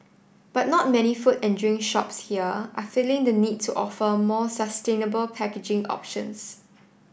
but not many food and drink shops here are feeling the need to offer more sustainable packaging options